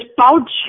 pouch